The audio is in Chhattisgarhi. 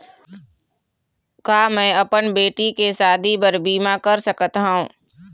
का मैं अपन बेटी के शादी बर बीमा कर सकत हव?